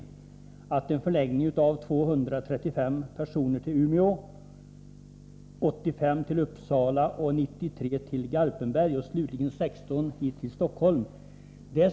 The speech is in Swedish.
Beslutet innebar en förläggning av 235 personer till Umeå, 85 till Uppsala, 93 till Garpenberg och slutligen 16 till Stockholm.